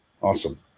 Awesome